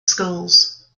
schools